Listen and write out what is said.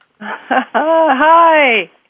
Hi